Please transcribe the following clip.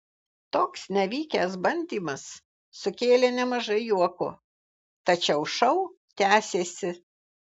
toks nevykęs bandymas sukėlė nemažai juoko tačiau šou tęsėsi